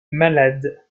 malade